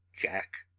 jack!